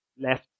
left